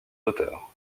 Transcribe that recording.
auteurs